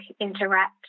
interact